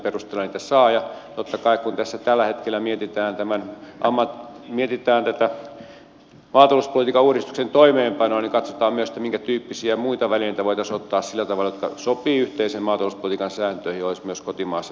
totta kai kun tässä tällä hetkellä mietitään tätä maatalouspolitiikan uudistuksen toimeenpanoa katsotaan myös minkätyyppisiä muita välineitä voitaisiin ottaa sillä tavalla että ne sopivat yhteisen maatalouspolitiikan sääntöihin ja olisivat myös kotimaassa toteutettavissa